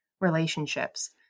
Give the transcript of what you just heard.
relationships